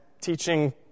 teaching